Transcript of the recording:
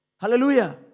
Hallelujah